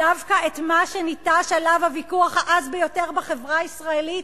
דווקא את מה שניטש עליו הוויכוח העז ביותר בחברה הישראלית?